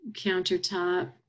countertop